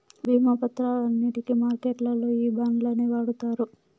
భీమా పత్రాలన్నింటికి మార్కెట్లల్లో ఈ బాండ్లనే వాడుతారు